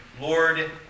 Lord